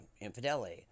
infidelity